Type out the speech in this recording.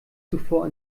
zuvor